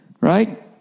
right